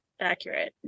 accurate